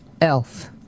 Elf